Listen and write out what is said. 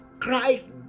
Christ